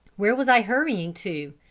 where was i hurrying to?